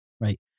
right